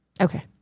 Okay